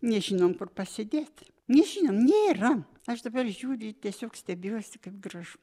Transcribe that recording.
nežinom kur pasėdėt nežinom nėra aš dabar žiūriu ir tiesiog stebiuosi kaip gražu